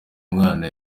mwana